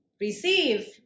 receive